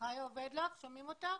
רבינוביץ',